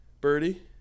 Birdie